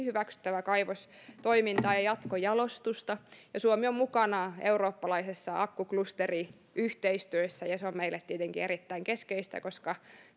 hyväksyttävää kaivostoimintaa ja jatkojalostusta suomi on mukana eurooppalaisessa akkuklusteriyhteistyössä ja se on meille tietenkin erittäin keskeistä koska